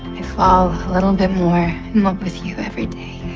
i fall a little bit more in love with you everyday.